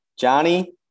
Johnny